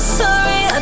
sorry